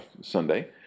Sunday